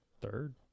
third